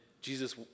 Jesus